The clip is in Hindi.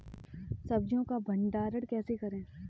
सब्जियों का भंडारण कैसे करें?